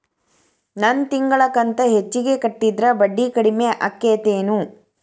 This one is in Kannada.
ನನ್ ತಿಂಗಳ ಕಂತ ಹೆಚ್ಚಿಗೆ ಕಟ್ಟಿದ್ರ ಬಡ್ಡಿ ಕಡಿಮಿ ಆಕ್ಕೆತೇನು?